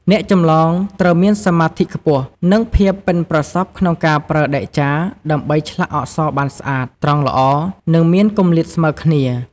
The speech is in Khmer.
អ្នកចម្លងត្រូវមានសមាធិខ្ពស់ និងភាពប៉ិនប្រសប់ក្នុងការប្រើដែកចារ ដើម្បីឆ្លាក់អក្សរបានស្អាត ត្រង់ល្អ និងមានគម្លាតស្មើគ្នា។